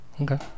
Okay